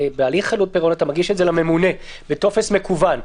שבהליך חדלות פירעון אתה מגיש את זה לממונה בטופס מקוון,